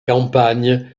campagne